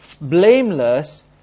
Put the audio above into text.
blameless